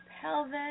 pelvis